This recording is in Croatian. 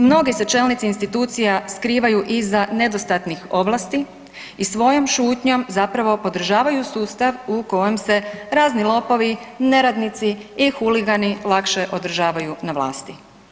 Mnogi se čelnici institucija skrivaju iza nedostatnih ovlasti i svojom šutnjom zapravo podržavaju sustav u kojem se razni lopovi, neradnici i huligani lakše održavaju na vlasti.